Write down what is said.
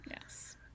Yes